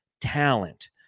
talent